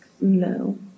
No